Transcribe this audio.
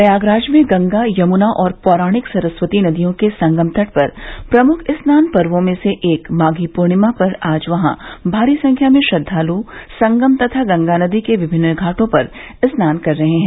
प्रयागराज में गंगा यमुना और पौराणिक सरस्वती नदियों के संगम तट पर प्रमुख स्नान पर्वो में से एक माघी पूर्णिमा पर आज वहां भारी संख्या में श्रद्वालु संगम तथा गंगा नदी के विमिन्न घाटो पर स्नान कर रहे हैं